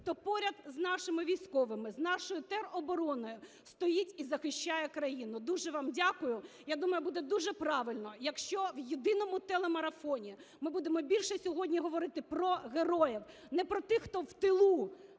хто поряд з нашими військовими, з нашою теробороною стоїть і захищає країну. Дуже вам дякую. Я думаю, буде дуже правильно, якщо в єдиному телемарафоні ми будемо більше сьогодні говорити про героїв. Не про тих, хто в тилу